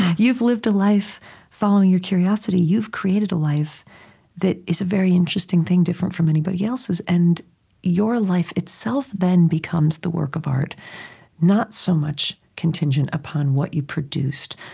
you've lived a life following your curiosity. you've created a life that is a very interesting thing, different from anybody else's. and your life itself then becomes the work of art not so much contingent upon what you produced,